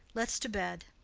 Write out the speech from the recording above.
let's to bed.